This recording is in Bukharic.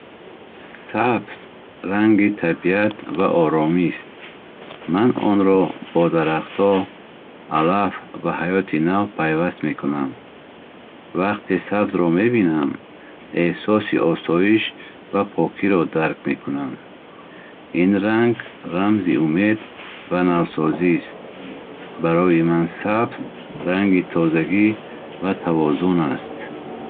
Сабз ранги табиат ва оромист. Ман онро бо дарахтҳо, алаф ва ҳаёти нав пайваст мекунам. Вақте сабзро мебинам, эҳсоси осоиш ва покиро дарк мекунам. Ин ранг рамзи умед ва навсозист. Барои ман сабз ранги тозагӣ ва тавозун аст.